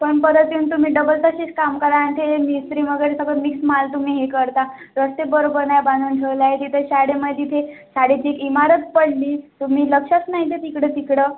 पण परत येऊन तुम्ही डबल तशीच काम करा आणि ते वगैरे सगळं मिक्स माल तुम्ही हे करता रस्ते बरोबर नाही बांधून ठेवलं आहे तिथे शाळेमध्ये ते शाळेची इमारच पडली तुम्ही लक्षच नाही देत इकडं तिकडं